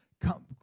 come